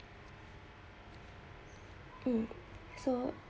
um so